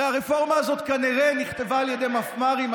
הרי הרפורמה הזאת כנראה נכתבה על ידי מפמ"רים,